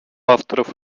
авторов